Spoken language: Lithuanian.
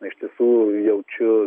iš tiesų jaučiu